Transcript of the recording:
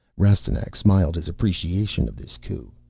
rastignac smiled his appreciation of this coup.